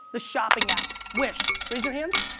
the shopping app, wish? raise your hands.